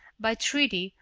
by treaty,